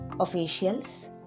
officials